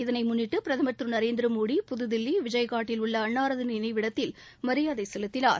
இதனை முன்னிட்டு பிரதமா் திரு நரேந்திர மோடி புதுதில்லி விஜயகாட்டில் உள்ள அன்னாரது நினைவிடத்தில் மரியாதை செலுத்தினார்